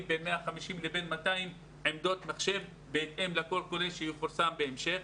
בין 150 ל-200 עמדות מחשב בהתאם לקול קורא שיפורסם בהמשך.